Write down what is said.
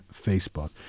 Facebook